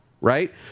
right